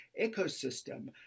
ecosystem